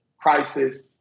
crisis